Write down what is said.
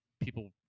people